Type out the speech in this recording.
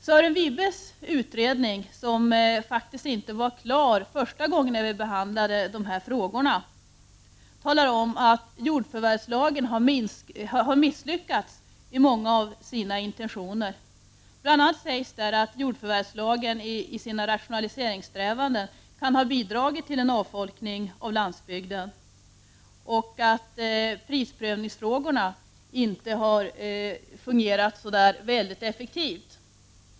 Sören Wibes utredning, som faktiskt inte var klar första gången vi behandlade dessa frågor, talar om att jordförvärvslagen har misslyckats i många av sina intentioner. Bl.a. sägs att jordförvärvslagen i sina rationaliseringssträvanden kan ha bidragit till en avfolkning av landsbygden och att prisprövningen inte fungerat så effektivt.